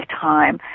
time